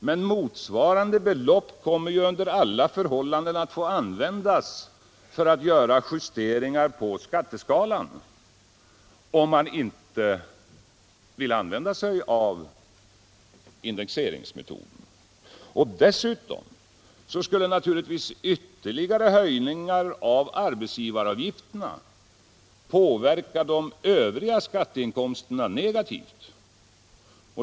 Men motsvarande belopp kommer under alla förhållanden att få användas för att göra justeringar på skatteskalan, om man inte vill använda sig av indexeringsmetoden. Dessutom skulle naturligtvis ytterligare höjningar av arbetsgivaravgifterna påverka de övriga skatteinkomsterna negativt.